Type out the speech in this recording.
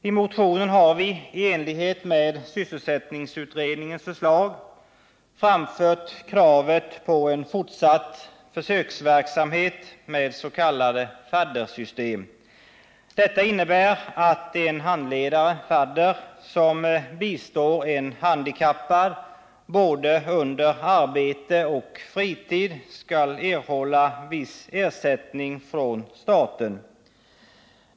I motionen har vi, i enlighet med sysselsättningsutredningens förslag, framfört kravet på en fortsatt försöksverksamhet med s.k. faddersystem. Detta innebär att en handledare/fadder, som bistår en handikappad både under arbete och fritid, skall erhålla viss ersättning från staten.